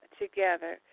together